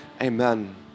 amen